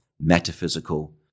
metaphysical